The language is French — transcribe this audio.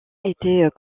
était